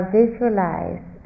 visualize